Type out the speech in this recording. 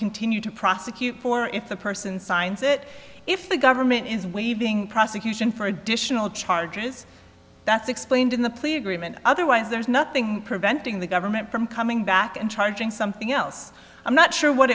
continue to prosecute for if the person signs it if the government is waiving prosecution for additional charges that's explained in the plea agreement otherwise there's nothing preventing the government from coming back and charging something else i'm not sure what